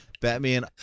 Batman